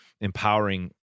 empowering